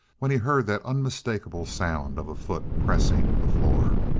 when he heard that unmistakable sound of a foot pressing the floor.